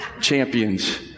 champions